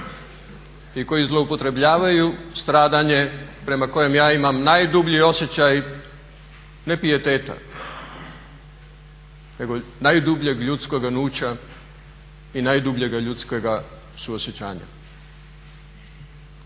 i koji zloupotrjebljavaju stradanje prema kojem ja imam najdublji osjećaj, ne pijeteta nego najdubljeg ljudskog ganuća i najdubljega ljudskoga suosjećanja.